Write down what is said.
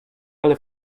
ale